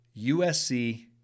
USC